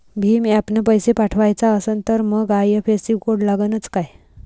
भीम ॲपनं पैसे पाठवायचा असन तर मंग आय.एफ.एस.सी कोड लागनच काय?